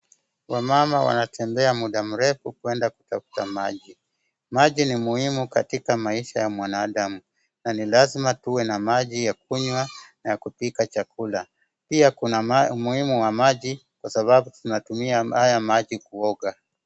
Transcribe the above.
Wamama wanatembea muda mrefu kuenda kutafuta maji. Maji ni muhimu katika maisha ya mwanadamu na ni lazima tuwe na maji ya kunywa na ya kupika chakula. Pia kuna umuhimu wa maji kwa sababu tunatumia haya maji kuoga.